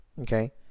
okay